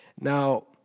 Now